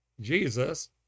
Jesus